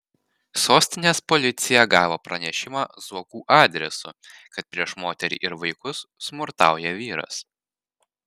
sostinės policija gavo pranešimą zuokų adresu kad prieš moterį ir vaikus smurtauja vyras